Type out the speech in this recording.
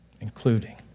including